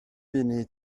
munud